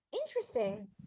Interesting